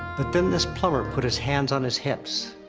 but then, this plumber put his hands on his hips.